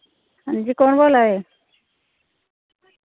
हां जी कु'न बोल्ला दे